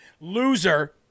loser